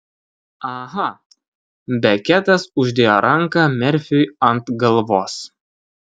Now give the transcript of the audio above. aha beketas uždėjo ranką merfiui ant galvos